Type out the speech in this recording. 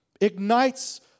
ignites